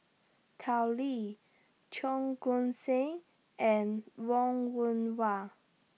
Tao Li Cheong Koon Seng and Wong Yoon Wah